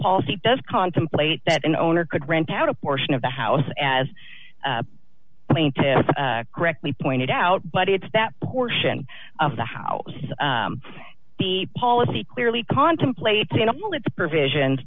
policy does contemplate that an owner could rent out a portion of the house as i mean to correctly pointed out but it's that portion of the how the policy clearly contemplates animal its provisions